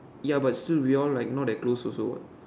ya but still we all not that close also what